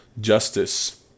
justice